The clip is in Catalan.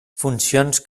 funcions